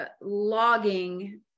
logging